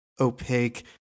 opaque